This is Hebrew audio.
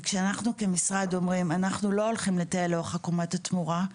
אבל אנחנו כמשרד אומרים שאנחנו לא הולכים לטייל לאורך עקומת התמורה,